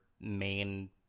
main